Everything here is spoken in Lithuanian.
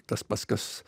tas pats kas